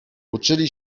uczyli